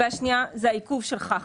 והשנייה, העיכוב של חח"י.